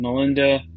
Melinda